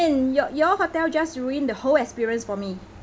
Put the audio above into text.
~an your your hotel just ruined the whole experience for me